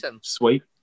sweet